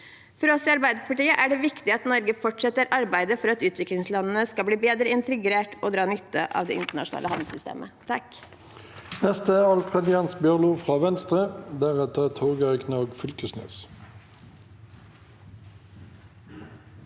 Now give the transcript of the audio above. For oss i Arbeiderpartiet er det viktig at Norge fortsetter arbeidet for at utviklingslandene skal bli bedre integrert og dra nytte av det internasjonale handelssystemet.